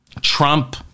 Trump